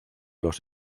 los